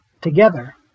Together